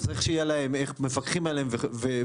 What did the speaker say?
צריך שיהיו מפקחים עליהן וכולה.